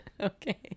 Okay